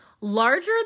larger